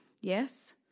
yes